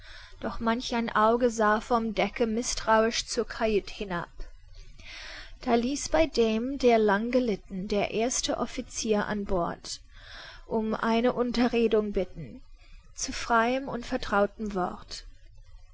doch manch ein auge sah vom decke mißtrauisch zur kajüt hinab da ließ bei dem der lang gelitten der erste offizier an bord um eine unterredung bitten zu freiem und vertrautem wort